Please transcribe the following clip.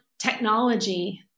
technology